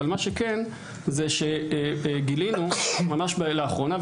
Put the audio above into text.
אבל מה שכן זה שגילינו ממש לאחרונה,